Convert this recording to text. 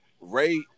Ray